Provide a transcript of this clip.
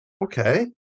okay